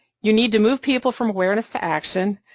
you need to move people from awareness to action,